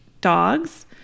dogs